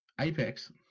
Apex